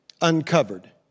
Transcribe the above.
uncovered